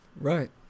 right